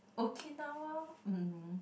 Okinawa mm